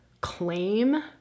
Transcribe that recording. claim